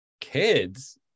kids